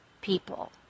people